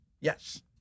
Yes